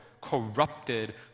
corrupted